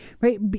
right